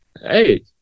hey